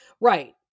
Right